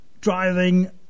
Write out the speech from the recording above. driving